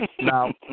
Now